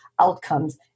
outcomes